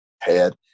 head